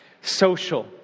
Social